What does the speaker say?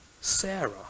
Sarah